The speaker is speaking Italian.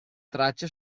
tracce